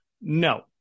No